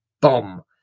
bomb